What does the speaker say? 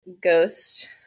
ghost